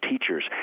teachers